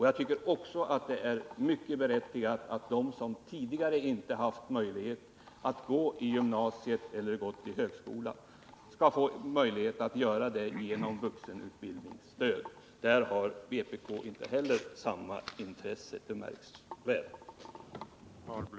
Jag tycker också att det är mycket berättigat att de vuxna som tidigare inte haft möjlighet att läsa vid gymnasium eller högskola skall ges den möjligheten genom vuxenutbildningsstödet. Vpk har inte heller där samma intresse som vi, det märks tydligt.